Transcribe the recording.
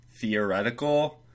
theoretical